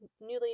newly